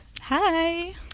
Hi